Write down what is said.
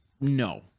no